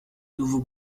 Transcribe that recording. nouveau